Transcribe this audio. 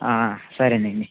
సరే అండి